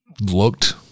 looked